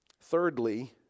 Thirdly